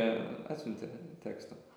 jie atsiuntė tekstų